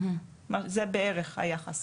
זה בערך היחס.